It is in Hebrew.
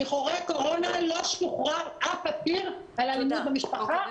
שחרורי קורונה לא שוחרר אף אסיר על אלימות במשפחה,